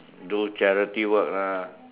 do charity work lah